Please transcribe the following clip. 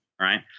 Right